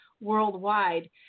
worldwide